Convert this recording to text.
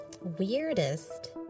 Weirdest